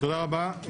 תודה רבה.